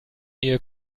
ihr